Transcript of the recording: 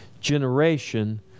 generation